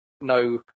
no